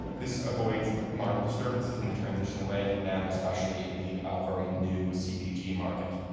this avoids market disturbances in the transition away from nem especially in the ah very new cdg market.